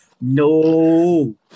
No